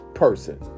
person